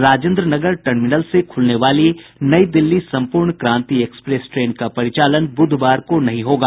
Rajendra Nagar terminal से खुलने वाली नई दिल्ली संपूर्ण क्रांति एक्सप्रेस ट्रेन का परिचालन बुधवार को नहीं होगा